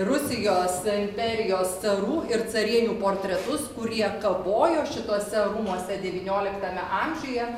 rusijos imperijos carų ir carienių portretus kurie kabojo šituose rūmuose devynioliktame amžiuje